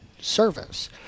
service